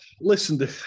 listen